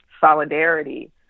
solidarity